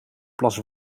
plas